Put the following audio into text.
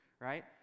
right